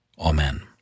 Amen